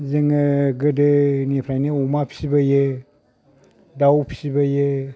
जोङो गोदोनिफ्रायनो अमा फिबोयो दाव फिबोयो